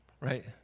Right